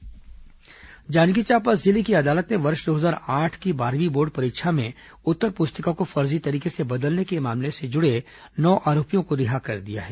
पोरा बाई मामला जांजगीर चांपा जिले की अदालत ने वर्ष दो हजार आठ की बारहवीं बोर्ड परीक्षा में उत्तर पुस्तिका को फर्जी तरीके से बदलने के मामले से जुड़े नौ आरोपियों को रिहा कर दिया है